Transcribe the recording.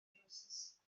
drywsus